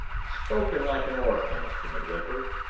spoken like an oracle, mr. midwinter!